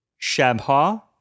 Shabha